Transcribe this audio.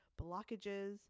blockages